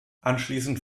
anschließend